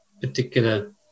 particular